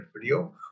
video